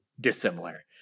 dissimilar